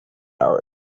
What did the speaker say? our